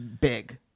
Big